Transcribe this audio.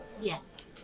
yes